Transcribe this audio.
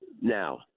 Now